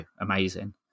amazing